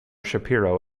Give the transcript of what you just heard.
shapiro